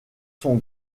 son